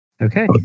Okay